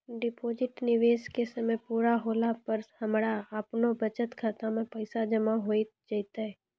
Deposit निवेश के समय पूरा होला पर हमरा आपनौ बचत खाता मे पैसा जमा होय जैतै?